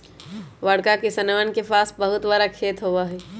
बड़का किसनवन के पास बहुत बड़ा खेत होबा हई